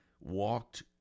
walked